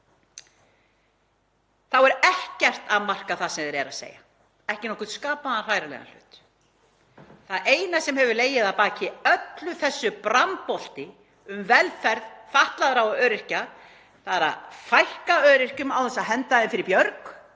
þá er ekkert að marka það sem þau eru að segja, ekki nokkurn skapaðan hræranlegan hlut. Það eina sem hefur legið að baki öllu þessu brambolti um velferð fatlaðra og öryrkja er að fækka öryrkjum án þess að henda þeim fyrir björg.